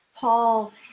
Paul